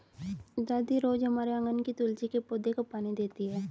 दादी रोज हमारे आँगन के तुलसी के पौधे को पानी देती हैं